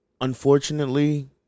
unfortunately